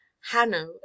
Hanno